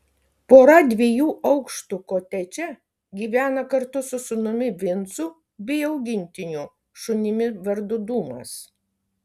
pora dviejų aukštų kotedže gyvena kartu su sūnumi vincu bei augintiniu šunimi vardu dūmas